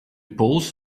poles